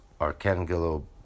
Arcangelo